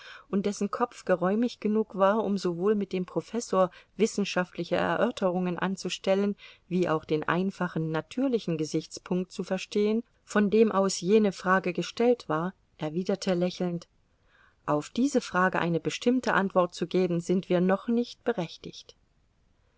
und dessen kopf geräumig genug war um sowohl mit dem professor wissenschaftliche erörterungen anzustellen wie auch den einfachen natürlichen gesichtspunkt zu verstehen von dem aus jene frage gestellt war erwiderte lächelnd auf diese frage eine bestimmte antwort zu geben sind wir noch nicht berechtigt